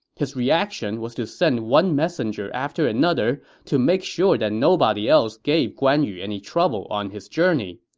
his reaction was to send one messenger after another to make sure that nobody else gave guan yu any trouble on his journey.